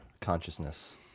consciousness